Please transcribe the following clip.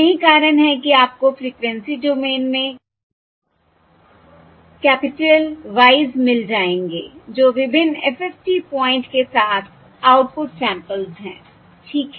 यही कारण है कि आपको फ़्रीक्वेंसी डोमेन में कैपिटल Y s मिल जाएंगे जो विभिन्न FFT पॉइंट के साथ आउटपुट सैंपल्स हैं ठीक है